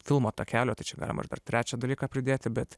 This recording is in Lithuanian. filmo takelio tai čia galima ir dar trečią dalyką pridėti bet